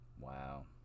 Wow